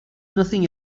nothing